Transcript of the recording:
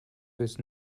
with